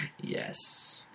Yes